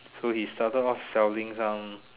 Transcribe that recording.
so he started off selling some